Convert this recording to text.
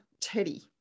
Teddy